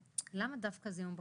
למה דווקא זיהום בקרנית?